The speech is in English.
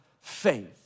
faith